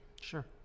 Sure